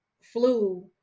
flu